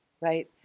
right